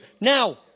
now